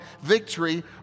victory